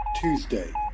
Tuesday